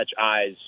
eyes